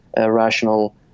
rational